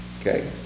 Okay